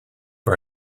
for